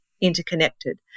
interconnected